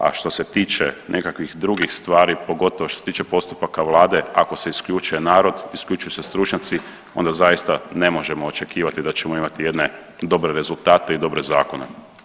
A što se tiče nekakvih drugih stvari, pogotovo što se tiče postupaka vlade ako se isključuje narod, isključuje se stručnjaci onda zaista ne možemo očekivati da ćemo imati jedne dobre rezultate i dobre zakone.